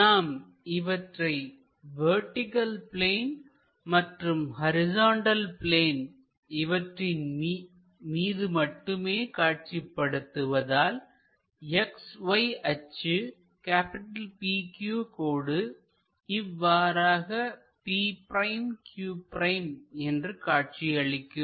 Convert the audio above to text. நாம் இவற்றை vertical plane மற்றும் ஹரிசாண்டல் பிளேன் இவற்றின் மீது மட்டுமே காட்சிப்படுத்துவதால் X Y அச்சுPQ கோடு இவ்வாறாக p'q' என்று காட்சியளிக்கும்